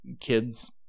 Kids